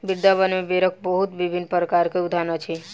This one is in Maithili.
वृन्दावन में बेरक बहुत विभिन्न प्रकारक उद्यान अछि